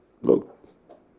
look